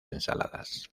ensaladas